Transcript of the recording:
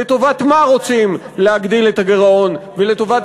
לטובת מה רוצים להגדיל את הגירעון ולטובת